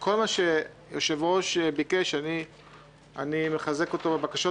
כל מה שהיושב-ראש ביקש אני מחזק אותו בבקשות